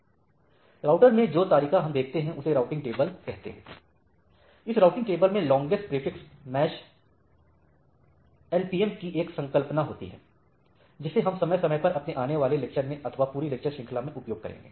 router में जो तालिका हम देखते है उसे राउटिंग टेबल कहते हैं इस राउटिंग टेबल में longest prefix match longest prefix match LPM की एक संकल्पना होती हैं जिसे हम समय समय पर अपने आने वाली लेक्चर में अथवा पूरी लेक्चर श्रृंखला में उपयोग करेंगे